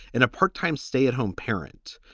and a part time stay at home parent.